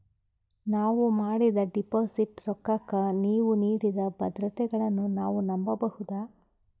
ನಾವು ಮಾಡಿದ ಡಿಪಾಜಿಟ್ ರೊಕ್ಕಕ್ಕ ನೀವು ನೀಡಿದ ಭದ್ರತೆಗಳನ್ನು ನಾವು ನಂಬಬಹುದಾ?